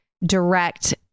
direct